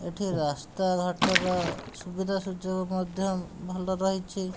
ଏଠି ରାସ୍ତାଘାଟର ସୁବିଧା ସୁଯୋଗ ମଧ୍ୟ ଭଲ ରହିଛି